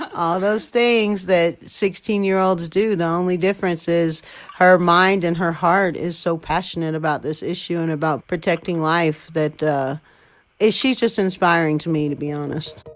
all those things that sixteen year olds do. the only difference is her mind and her heart is so passionate about this issue and about protecting life that is she's just inspiring to me, to be honest